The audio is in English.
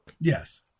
yes